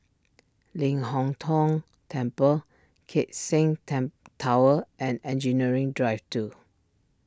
Ling Hong Tong Temple Keck Seng temp Tower and Engineering Drive two